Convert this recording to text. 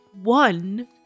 one